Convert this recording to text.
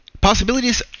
possibilities